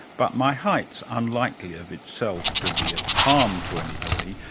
but my height's unlikely of itself to be of harm to anybody,